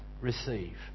receive